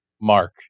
Mark